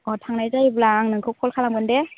अ थांनाय जायोब्ला आं नोंखौ कल खालामगोन दे